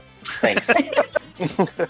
Thanks